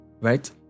Right